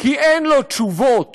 כי אין לו תשובות